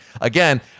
again